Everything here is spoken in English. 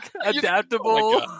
adaptable